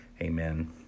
amen